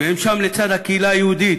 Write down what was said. והם שם לצד הקהילה היהודית,